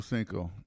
Cinco